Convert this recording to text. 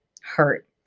hurt